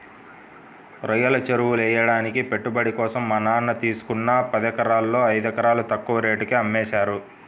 రొయ్యల చెరువులెయ్యడానికి పెట్టుబడి కోసం మా నాన్న తనకున్న పదెకరాల్లో ఐదెకరాలు తక్కువ రేటుకే అమ్మేశారు